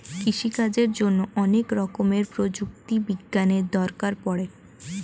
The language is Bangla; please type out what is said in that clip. কৃষিকাজের জন্যে অনেক রকমের প্রযুক্তি বিজ্ঞানের দরকার পড়ে